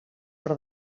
per